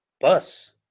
Bus